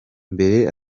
mbere